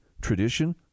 tradition